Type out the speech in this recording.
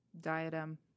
Diadem